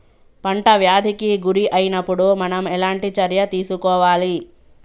పంట వ్యాధి కి గురి అయినపుడు మనం ఎలాంటి చర్య తీసుకోవాలి?